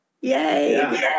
Yay